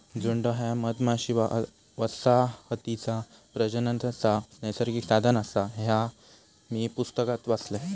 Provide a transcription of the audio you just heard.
झुंड ह्या मधमाशी वसाहतीचा प्रजननाचा नैसर्गिक साधन आसा, ह्या मी पुस्तकात वाचलंय